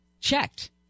checked